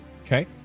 Okay